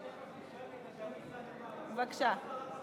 אני מבקש ממך להישאר כדי שאני אשא נאום מהמקום.